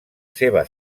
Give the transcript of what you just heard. seva